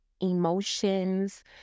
emotions